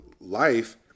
life